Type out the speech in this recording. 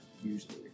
usually